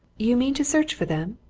you mean to search for them?